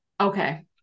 Okay